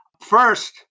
First